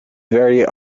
very